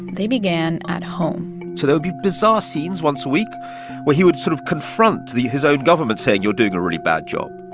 they began at home so there would be bizarre scenes once a week where he would sort of confront his own government, saying, you're doing a really bad job,